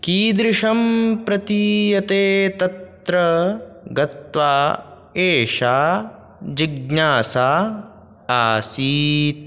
कीदृशं प्रतीयते तत्र गत्वा एषा जिज्ञासा आसीत्